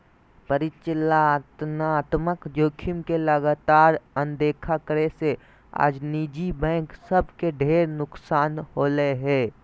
परिचालनात्मक जोखिम के लगातार अनदेखा करे से आज निजी बैंक सब के ढेर नुकसान होलय हें